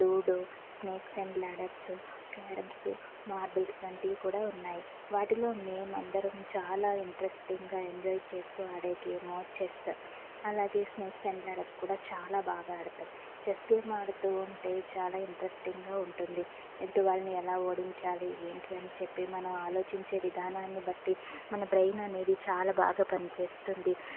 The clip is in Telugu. ludo snakes and ladders carroms marbles వంటివి కూడా ఉన్నాయి వాటిలో మేమందరం చాలా ఇంట్రెస్టింగ్గా ఎంజాయ్ చేస్తూ ఆడే గేమ్ చెస్ అలాగే స్నేక్స్ అండ్ ల్యాడర్స్ కూడా చాలా బాగా ఆడతాం చెస్ గేమ్ ఆడుతూ ఉంటే చాలా ఇంట్రెస్టింగ్గా ఉంటుంది ఎదుటివారిని ఎలా ఓడించాలి ఏంటి అని చెప్పి మనం ఆలోచించే విధానాన్ని బట్టి మన బ్రెయిన్ అనేది చాలా బాగా పనిచేస్తుంది